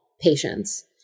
patients